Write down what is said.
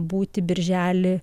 būti birželį